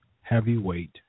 heavyweight